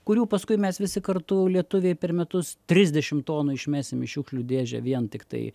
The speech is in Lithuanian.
kurių paskui mes visi kartu lietuviai per metus trisdešim tonų išmesim į šiukšlių dėžę vien tiktai